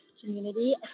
community